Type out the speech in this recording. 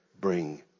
bring